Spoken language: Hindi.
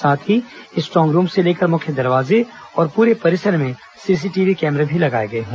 साथ ही स्ट्रांग रूम से लेकर मुख्य दरवाजे और पूरे परिसर में सीसीटीवी कैमरे भी लगाए गए हैं